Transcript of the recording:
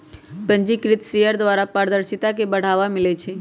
पंजीकृत शेयर द्वारा पारदर्शिता के बढ़ाबा मिलइ छै